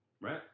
right